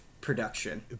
production